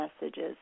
messages